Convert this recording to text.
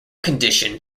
condition